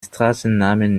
straßennamen